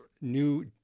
new